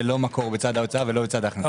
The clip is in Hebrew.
לא מקור בצד ההוצאה ולא בצד ההכנסה.